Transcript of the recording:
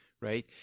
Right